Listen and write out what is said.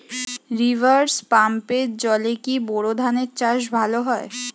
River পাম্পের জলে কি বোর ধানের চাষ ভালো হয়?